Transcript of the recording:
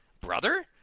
brother